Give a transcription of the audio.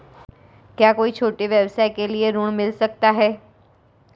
क्या कोई छोटे व्यवसाय के लिए ऋण मिल सकता है?